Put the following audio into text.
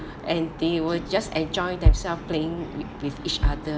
and they were just enjoy themselves playing with with each other